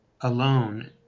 alone